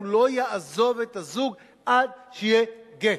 הוא לא יעזוב את הזוג עד שיהיה גט.